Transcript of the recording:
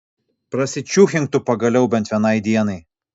prasičiūkink tu pagaliau bent vienai dienai